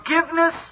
forgiveness